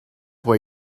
where